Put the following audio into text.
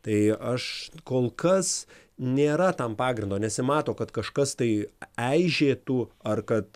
tai aš kol kas nėra tam pagrindo nesimato kad kažkas tai eižėtų ar kad